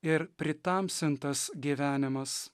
ir pritamsintas gyvenimas